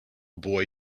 boy